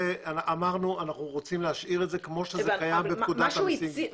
אנחנו רוצים להשאיר את זה כפי שזה קיים בפקודת המיסים גבייה.